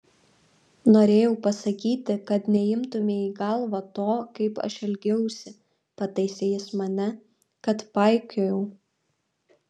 norėjau pasakyti kad neimtumei į galvą to kaip aš elgiausi pataisė jis mane kad paikiojau